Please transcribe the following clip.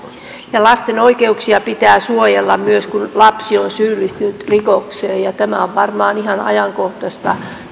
lasten oikeuksia pitää suojella myös kun lapsi on syyllistynyt rikokseen ja tämä on varmaan ihan ajankohtaista